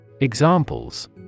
Examples